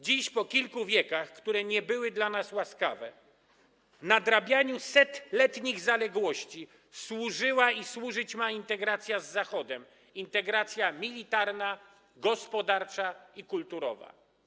Dziś, po kilku wiekach, które nie były dla nas łaskawe, nadrabianiu kilkusetletnich zaległości służyła i służyć ma integracja z Zachodem, integracja militarna, gospodarcza i kulturowa.